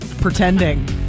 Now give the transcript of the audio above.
pretending